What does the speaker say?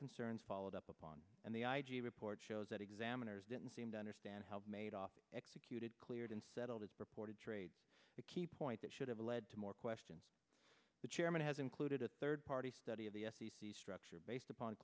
concerns followed up on and the i g report shows that examiners didn't seem to understand how it made off executed cleared and settled as reported trades a key point that should have led to more questions the chairman has included a third party study of the f c c structure based upon